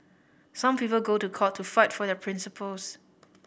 some people go to court to fight for their principles